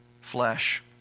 flesh